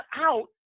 out